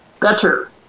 better